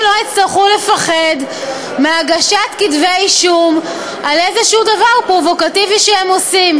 לא יצטרכו לפחד מהגשת כתבי אישום על איזה דבר פרובוקטיבי שהם עושים.